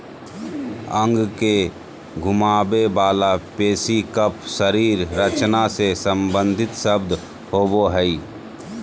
अंग के घुमावे वला पेशी कफ शरीर रचना से सम्बंधित शब्द होबो हइ